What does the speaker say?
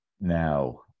Now